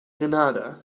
grenada